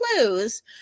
clues